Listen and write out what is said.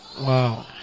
Wow